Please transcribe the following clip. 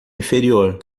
inferior